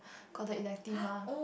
got the elective lah